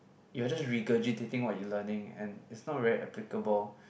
you were just regurgitating what you learning and is not very applicable